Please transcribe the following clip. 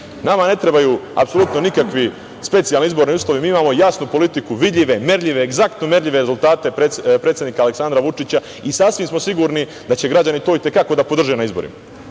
Nama ne trebaju apsolutno nikakvi specijalni izborni uslovi. Mi imamo jasnu politiku, vidljive, merljive, egzaktno merljive rezultate predsednika Aleksandra Vučića i sasvim smo sigurni da će građani to i te kako da podrže na izborima.